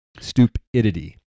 stupidity